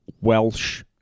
Welsh